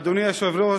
אדוני היושב-ראש,